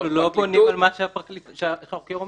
אנחנו לא בונים על מה שהחוקר אומר.